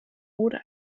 oder